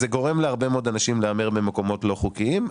גורם להרבה מאוד אנשים להמר במקומות לא חוקיים.